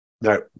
no